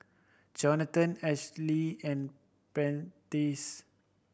Johathan Ashlea and Prentiss